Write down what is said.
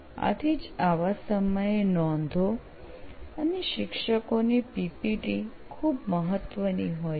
આથી જ આવા સમયે નોંધો અને શિક્ષકોની પીપીટી ખૂબ મહત્વની હોય છે